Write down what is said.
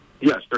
Yes